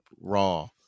raw